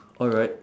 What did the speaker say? alright